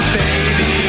Baby